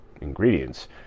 ingredients